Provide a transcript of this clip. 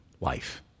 life